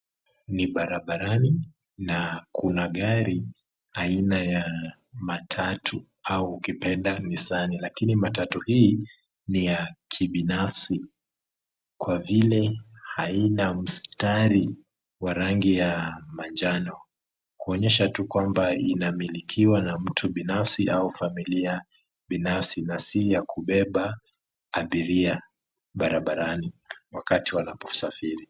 Ni barabarani na kuna ngari aina ya matatu au ukipenda nissan , lakini matatu hii ni ya kibinafsi, kwa vile haina mstari wa rangi ya manjano kuonyesha tu kwamba inamilikiwa na mtu binafsi au familia binafsi na si ya kubeba abiria barabarani wakati wanaposafiri.